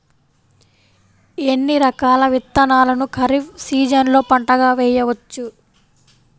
ఎన్ని రకాల విత్తనాలను ఖరీఫ్ సీజన్లో పంటగా వేయచ్చు?